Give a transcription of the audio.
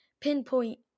pinpoint